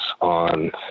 on